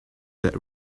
that